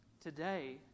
Today